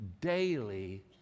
daily